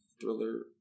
thriller